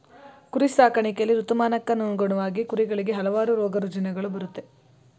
ಕುರಿ ಸಾಕಾಣಿಕೆಯಲ್ಲಿ ಋತುಮಾನಕ್ಕನುಗುಣವಾಗಿ ಕುರಿಗಳಿಗೆ ಹಲವಾರು ರೋಗರುಜಿನಗಳು ಬರುತ್ತೆ